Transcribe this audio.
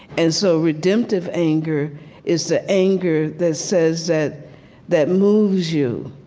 and so redemptive anger is the anger that says that that moves you